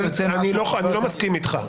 אני לא מסכים איתך.